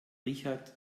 richard